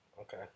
Okay